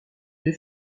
deux